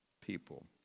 people